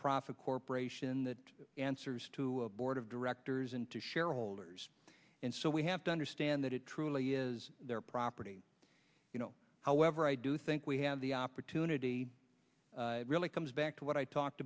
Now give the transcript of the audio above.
profit corporation that answers to a board of directors and to shareholders and so we have to understand that it truly is their property however i do think we have the opportunity really comes back to what i talked